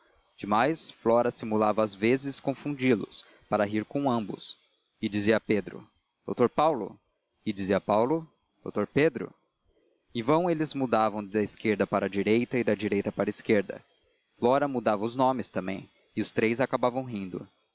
demais flora simulava às vezes confundi los para rir com ambos e dizia a pedro dr paulo e dizia a paulo dr pedro em vão eles mudavam da esquerda para a direita e da direita para a esquerda flora mudava os nomes também e os três acabavam rindo